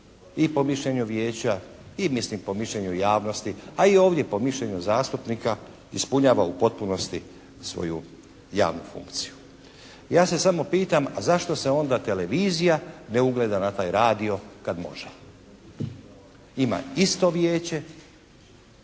i po mišljenju Vijeća i mislim po mišljenju javnosti a i ovdje po mišljenju zastupnika ispunjava u potpunosti svoju javnu funkciju. Ja se samo pitam a zašto se onda televizija ne ugleda na taj radio kad može? Ima isto Vijeće,